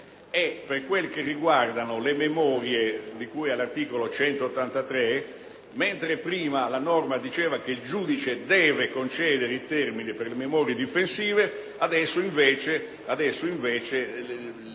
Per quanto riguarda le memorie, di cui all'articolo 183, mentre prima la norma diceva che il giudice deve concedere il termine per le memorie difensive, adesso può concedere